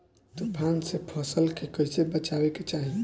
तुफान से फसल के कइसे बचावे के चाहीं?